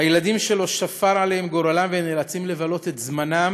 הילדים שלא שפר עליהם גורלם והם נאלצים לבלות את זמנם